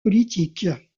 politique